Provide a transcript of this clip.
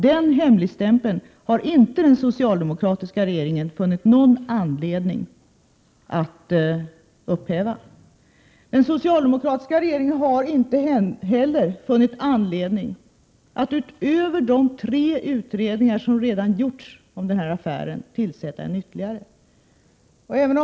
Den hemligstämpeln har den socialdemokratiska regeringen inte funnit någon anledning att upphäva. Den socialdemokratiska regeringen har inte heller funnit anledning att utöver de tre utredningar som redan har gjorts om denna affär tillsätta ytterligare en.